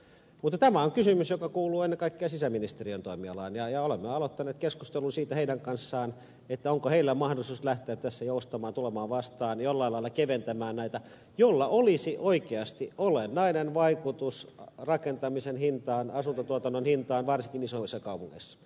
mutta tämä on kysymys joka kuuluu ennen kaikkea sisäministeriön toimialaan ja olemme aloittaneet keskustelun siitä heidän kanssaan onko heillä mahdollisuus lähteä tässä joustamaan tulemaan vastaan jollain lailla keventämään näitä velvoitteita millä olisi oikeasti olennainen vaikutus rakentamisen hintaan asuntotuotannon hintaan varsinkin isommissa kaupungeissa